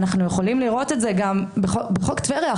אנחנו יכולים לראות את זה גם בחוק טבריה,